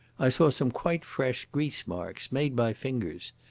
i saw some quite fresh grease-marks, made by fingers,